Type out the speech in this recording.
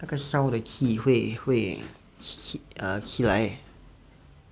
那个烧的气会会起来